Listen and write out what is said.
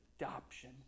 adoption